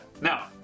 Now